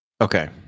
Okay